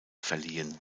verliehen